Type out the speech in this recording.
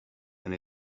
and